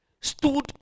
stood